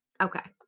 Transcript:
Okay